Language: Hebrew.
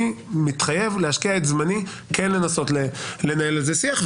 אני מתחייב להשקיע את זמני כן לנסות לנהל על זה שיח.